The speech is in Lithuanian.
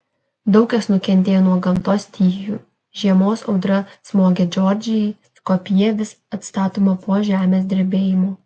daug kas nukentėjo nuo gamtos stichijų žiemos audra smogė džordžijai skopjė vis dar atstatoma po žemės drebėjimo